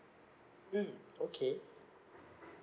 mm okay